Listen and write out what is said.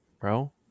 bro